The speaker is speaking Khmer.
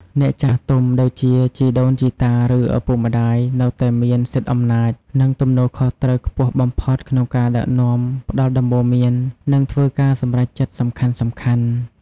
អ្នកចាស់ទុំ ដូចជា ជីដូនជីតា ឬ ឪពុកម្ដាយ នៅតែមាន សិទ្ធិអំណាច និងទំនួលខុសត្រូវខ្ពស់បំផុត ក្នុងការដឹកនាំ ផ្ដល់ដំបូន្មាន និងធ្វើការសម្រេចចិត្តសំខាន់ៗ។